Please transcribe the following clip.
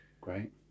Great